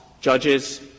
Judges